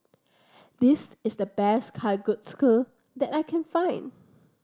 this is the best Kalguksu that I can find